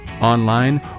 online